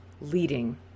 leading